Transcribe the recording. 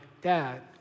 dad